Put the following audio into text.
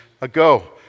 ago